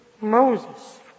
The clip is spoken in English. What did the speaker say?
Moses